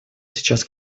сейчас